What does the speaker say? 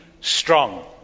strong